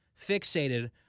fixated